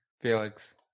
Felix